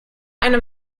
eine